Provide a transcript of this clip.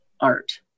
art